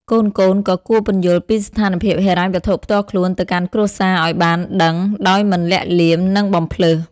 កូនៗក៏គួរពន្យល់ពីស្ថានភាពហិរញ្ញវត្ថុផ្ទាល់ខ្លួនទៅកាន់គ្រួសារអោយបានដឹងដោយមិនលាក់បាំង និងបំផ្លើស។